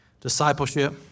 discipleship